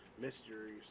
Mysteries